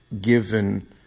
given